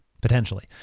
potentially